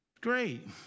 great